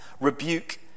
rebuke